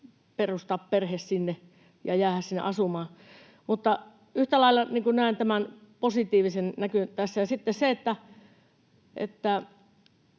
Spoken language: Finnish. perustaa perhe sinne ja jäädä sinne asumaan. Mutta yhtä lailla näen tämän positiivisen näkymän tässä. Sitten koska tätä